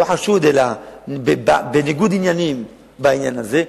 לא חשוד, אלא בניגוד עניינים בעניין הזה,